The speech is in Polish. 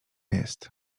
jest